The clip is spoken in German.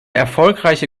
erfolgreiche